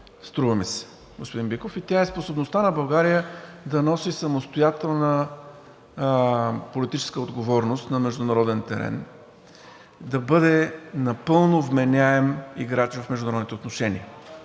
струва ми се, господин Биков, и тя е способността на България да носи самостоятелна политическа отговорност на международен терен, да бъде напълно вменяем играч в международните отношения.